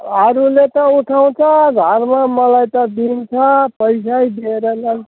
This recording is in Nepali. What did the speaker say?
अरूले त उठाउँछ घरमा मलाई त दिन्छ पैसै दिएर ल